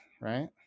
right